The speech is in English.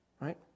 right